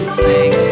sing